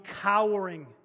cowering